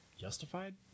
Justified